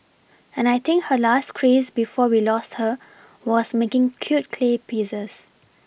and I think her last craze before we lost her was making cute clay pieces